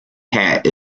hat